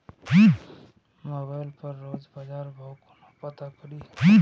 Mobile पर रोज बजार भाव कोना पता करि?